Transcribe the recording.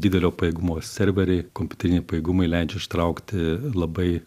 didelio pajėgumo serveriai kompiuteriniai pajėgumai leidžia ištraukti labai